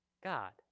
God